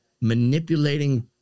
Manipulating